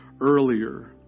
earlier